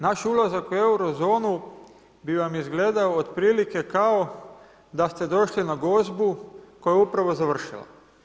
Naš ulazak u Eurozonu bi vam izgledao otprilike kao da ste došli na gozbu koja je upravo završila.